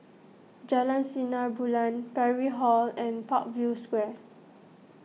Jalan Sinar Bulan Parry Hall and Parkview Square